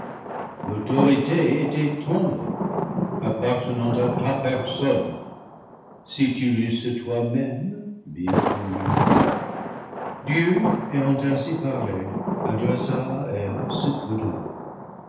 l'autorité était ton lot appartenant à ta personne si tu l'eusses toi-même bien connue dieu ayant ainsi parlé adressa à eve ce peu